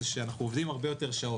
זה שאנחנו עובדים הרבה יותר שעות.